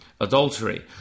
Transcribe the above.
Adultery